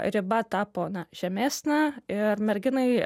riba tapo na žemesnė ir merginai